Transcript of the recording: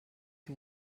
die